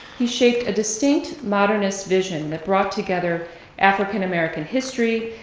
he shaped a distinct modernist vision that brought together african-american history,